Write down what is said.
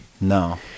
no